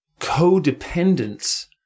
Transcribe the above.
codependence